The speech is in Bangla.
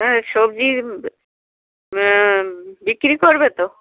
হ্যাঁ সবজি বিক্রি করবে তো